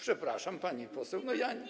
Przepraszam, pani poseł, ja.